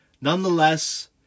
Nonetheless